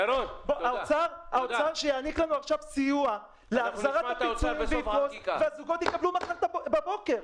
שהאוצר יעניק לנו סיוע להחזרת הפיצויים והזוגות יקבלו מחר בבוקר.